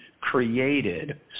created